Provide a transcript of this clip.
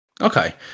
Okay